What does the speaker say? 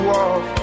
off